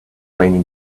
rainy